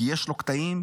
כי יש לו קטעים,